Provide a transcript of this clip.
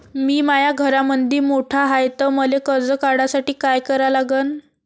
मी माया घरामंदी मोठा हाय त मले कर्ज काढासाठी काय करा लागन?